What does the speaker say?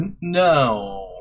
no